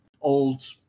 old